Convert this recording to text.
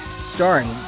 starring